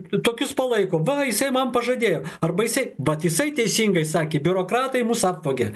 t tokius palaiko va jisai man pažadėjo arba jisai vat jisai teisingai sakė biurokratai mus apvogė